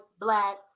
black